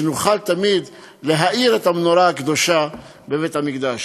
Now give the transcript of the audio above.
שנוכל תמיד להאיר את המנורה הקדושה בבית-המקדש.